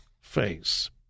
face